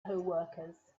coworkers